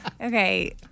Okay